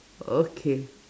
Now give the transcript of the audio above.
okay